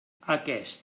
aquest